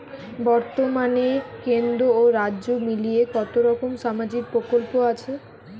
বতর্মানে কেন্দ্র ও রাজ্য মিলিয়ে কতরকম সামাজিক প্রকল্প আছে?